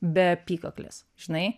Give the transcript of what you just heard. be apykaklės žinai